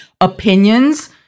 opinions